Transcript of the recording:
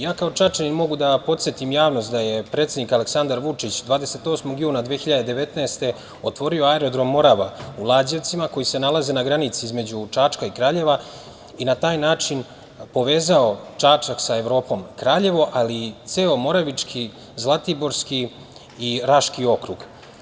Ja kao Čačanin mogu da podsetim javnost da je predsednik Aleksandar Vučić 28. juna 2019. godine otvorio aerodrom „Morava“ u Lađevcima koji se nalazi na granici između Čačka i Kraljeva i na taj način povezao Čačak sa Evropom i Kraljevo, ali i ceo Moravički, Zlatiborski i Raški okrug.